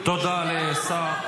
תודה לשר.